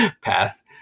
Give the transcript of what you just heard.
path